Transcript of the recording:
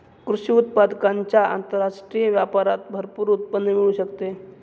कृषी उत्पादकांच्या आंतरराष्ट्रीय व्यापारात भरपूर उत्पन्न मिळू शकते